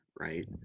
right